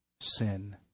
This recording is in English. sin